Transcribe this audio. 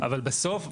אבל בסוף,